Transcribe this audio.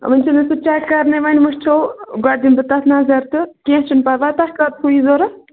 وُنہِ چھُ مےٚ سُہ چیک کَرنَے وۅنۍ وُچھو گۄڈٕ دِمہٕ بہٕ تَتھ نظر تہٕ کیٚنٛہہ چھُنہٕ پَرواے تۄہہِ کَر چھُو یہِ ضروٗرت